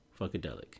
Funkadelic